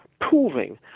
Proving